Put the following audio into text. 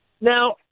Now